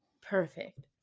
Perfect